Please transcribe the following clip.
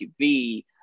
TV